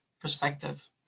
perspective